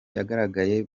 yagaragaye